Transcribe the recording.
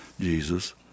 Jesus